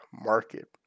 market